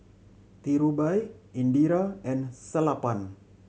Dhirubhai Indira and Sellapan